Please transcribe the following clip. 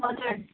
हजुर